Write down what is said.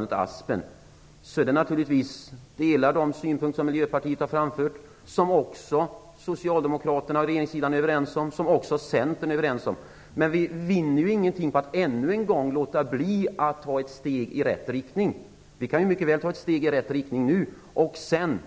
Jag delar de synpunkter som Miljöpartiet har framfört, som också Centern håller med om. Men vi vinner ingenting på att ännu en gång låta bli att ta ett steg i rätt riktning. Vi kan mycket väl ta ett steg i rätt riktning nu och sedan